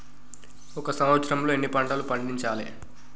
ఒక సంవత్సరంలో ఎన్ని పంటలు పండించాలే?